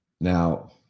Now